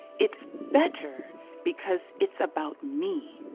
it's better because it's about me,